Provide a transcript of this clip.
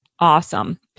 Awesome